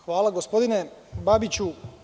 Hvala gospodine Babiću.